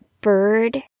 bird